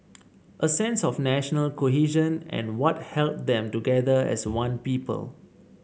a sense of national cohesion and what held them together as one people